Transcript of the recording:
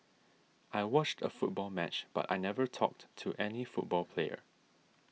I watched a football match but I never talked to any football player